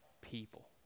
people